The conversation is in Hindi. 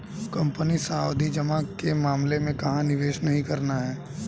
कंपनी सावधि जमा के मामले में कहाँ निवेश नहीं करना है?